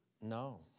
No